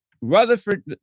Rutherford